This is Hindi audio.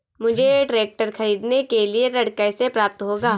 मुझे ट्रैक्टर खरीदने के लिए ऋण कैसे प्राप्त होगा?